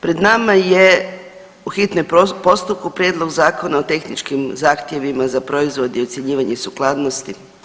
Pred nama je u hitnom postupku Prijedlog Zakona o tehničkim zahtjevima za proizvode i ocjenjivanje sukladnosti.